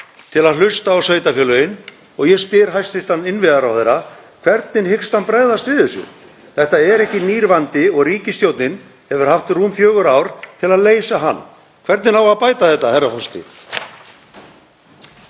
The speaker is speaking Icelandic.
til að hlusta á sveitarfélögin. Ég spyr hæstv. innviðaráðherra: Hvernig hyggst hann bregðast við þessu? Þetta er ekki nýr vandi og ríkisstjórnin hefur haft rúm fjögur ár til að leysa hann. Hvernig á að bæta þetta, herra forseti?